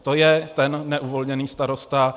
To je ten neuvolněný starosta.